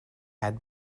had